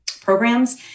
programs